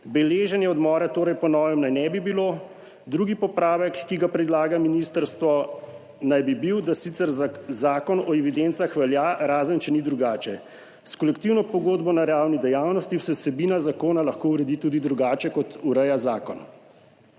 Beleženja odmora torej po novem naj ne bi bilo. Drugi popravek, ki ga predlaga ministrstvo, naj bi bil, da sicer zakon o evidencah velja, razen če ni drugače. S kolektivno pogodbo na ravni dejavnosti se vsebina zakona lahko uredi tudi drugače, kot ureja zakon.